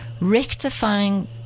rectifying